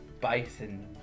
Bison